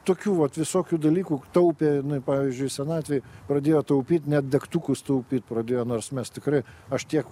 tokių vat visokių dalykų taupė pavyzdžiui senatvėj pradėjo taupyt net degtukus taupyt pradėjo nors mes tikrai aš tiek